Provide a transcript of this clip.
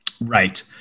Right